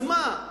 נו, אז מה?